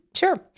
Sure